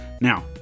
Now